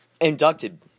inducted